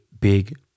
big